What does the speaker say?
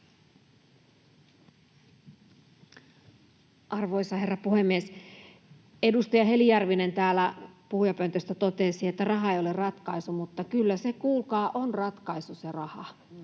Arvoisa herra puhemies! Edustaja Heli Järvinen täällä puhujapöntöstä totesi, että raha ei ole ratkaisu, mutta kyllä se raha, kuulkaa, on ratkaisu. Se on